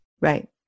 Right